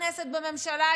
בכנסת בממשלה,